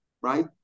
right